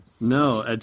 No